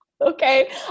Okay